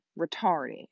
retarded